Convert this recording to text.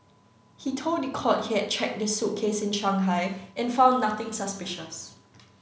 he told the court he had check the suitcase in Shanghai and found nothing suspicious